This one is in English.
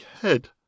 head